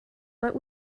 but